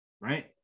right